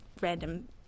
random